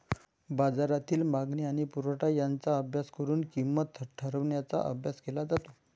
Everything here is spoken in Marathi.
बाजारातील मागणी आणि पुरवठा यांचा अभ्यास करून किंमत ठरवण्याचा अभ्यास केला जातो